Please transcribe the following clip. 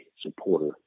supporter